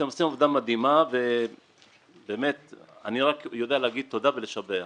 אתם עושים עבודה מדהימה ואני רק יודע להגיד תודה ולשבח.